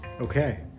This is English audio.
Okay